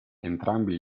entrambi